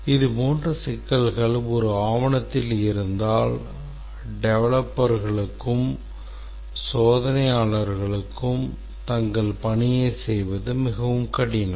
இதுபோன்ற சிக்கல்கள் ஒரு ஆவணத்தில் இருந்தால் டெவலப்பர்களுக்கும் சோதனையாளர்களுக்கும் தங்கள் பணியைச் செய்வது மிகவும் கடினம்